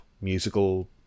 Musical